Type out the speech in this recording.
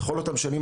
בכל אותם שנים,